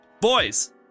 boys